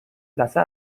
لثه